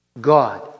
God